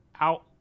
out